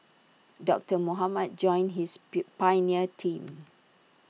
doctor Mohamed joined his pill pioneer team